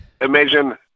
imagine